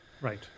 Right